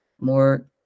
more